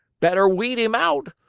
better weed him out,